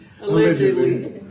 Allegedly